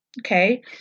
okay